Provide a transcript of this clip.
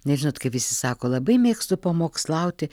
nes žinot kaip visi sako labai mėgstu pamokslauti